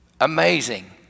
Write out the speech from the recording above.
amazing